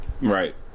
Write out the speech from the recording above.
right